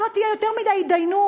שלא תהיה יותר מדי התדיינות.